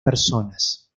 personas